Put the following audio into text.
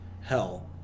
hell